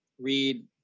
Read